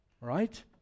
Right